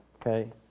okay